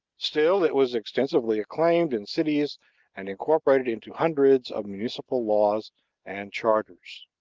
still it was extensively acclaimed in cities and incorporated into hundreds of municipal laws and charters.